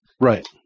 Right